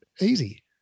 Easy